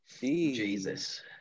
Jesus